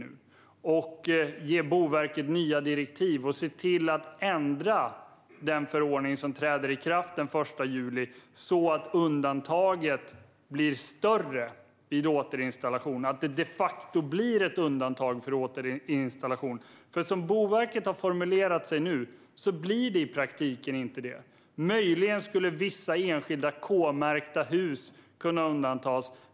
Vill man ge Boverket nya direktiv och se till att ändra den förordning som träder i kraft den 1 juli, så att undantaget blir större och det de facto blir ett undantag för återinstallation? Som Boverket har formulerat sig nu blir det i praktiken inte det. Möjligen skulle vissa enskilda K-märkta hus kunna undantas.